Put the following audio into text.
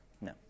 No